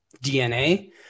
DNA